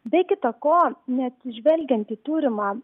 be kita ko neatsižvelgiant į turimą